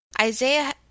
Isaiah